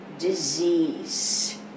Disease